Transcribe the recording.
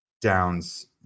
Downs